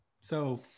So-